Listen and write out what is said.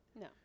No